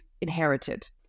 inherited